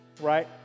right